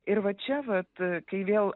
ir va čia vat kai vėl